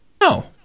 No